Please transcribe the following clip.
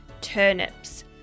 turnips